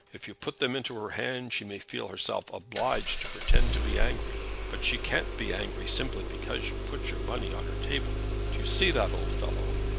if you put them into her hand she may feel herself obliged to pretend to be angry but she can't be angry simply because you put your money on her table. do you see that, old fellow?